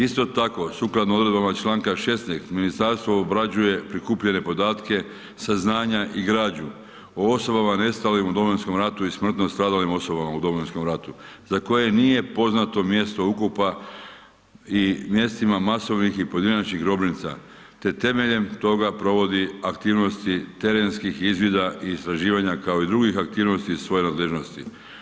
Isto tako, sukladno odredbama članka 16., ministarstvo obrađuje prikupljene podatke, saznanja i građu o osobama nestalim u Domovinskom ratu i smrtno stradalim osobama u Domovinskom ratu za koje nije poznato mjesto ukopa i mjestima masovnih i pojedinačnih grobnica te temeljem toga provodi aktivnosti terenskih izvida i istraživanja kao i drugih aktivnosti iz svoje nadležnosti.